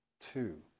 two